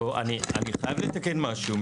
אני חייב לתקן משהו,